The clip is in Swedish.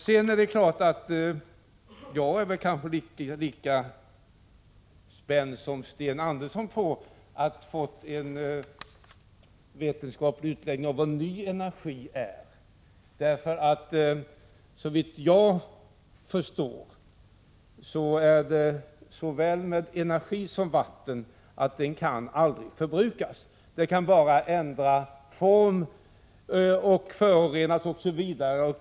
Sedan är det klart att jag är lika spänd som Sten Andersson på att få en vetenskaplig utläggning av vad ny energi är. Såvitt jag förstår är det på samma sätt med energi som med vatten — den kan aldrig förbrukas. Den kan bara ändra form och förorenas osv.